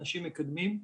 אנשים מקדמים.